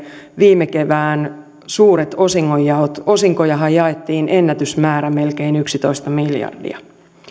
viime kevään suuret osingonjaot osinkojahan jaettiin ennätysmäärä melkein yksitoista miljardia